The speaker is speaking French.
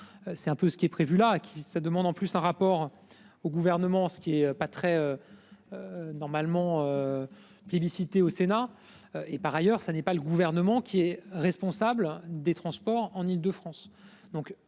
C'est un peu ce qui est prévu là à qui ça demande en plus un rapport au gouvernement. Ce qui est pas très. Normalement. Plébiscité au Sénat et par ailleurs, ça n'est pas le gouvernement qui est responsable des transports en Île-de-France.